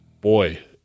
boy